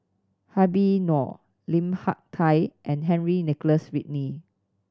Habib Noh Lim Hak Tai and Henry Nicholas Ridley